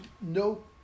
no